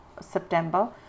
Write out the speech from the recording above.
September